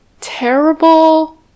terrible